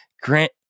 Grant